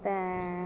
ते